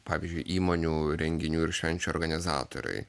pavyzdžiui įmonių renginių ir švenčių organizatoriui